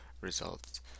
results